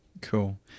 Cool